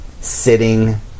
sitting